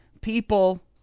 people